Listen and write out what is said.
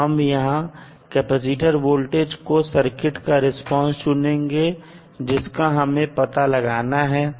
अब हम यहां कैपेसिटर वोल्टेज को सर्किट का रिस्पांस चुनेंगे जिसका हमें पता लगाना है